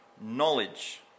Knowledge